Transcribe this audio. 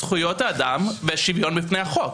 לזכויות האדם ושוויון בפני החוק.